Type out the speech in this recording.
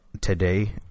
today